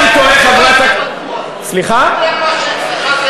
יותר מאשר אצלך, זה בטוח.